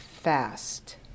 fast